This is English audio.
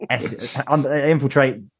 infiltrate